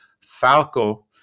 Falco